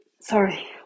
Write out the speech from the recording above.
sorry